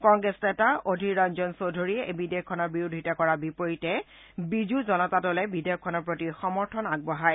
কংগ্ৰেছ নেতা অধীৰ ৰঞ্জন চৌধুৰীয়ে এই বিধেয়কখনৰ বিৰোধিতা কৰাৰ বিপৰীতে বিজু জনতা দলে বিধেয়কখনৰ প্ৰতি সমৰ্থন আগবঢ়ায়